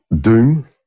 Doom